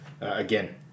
again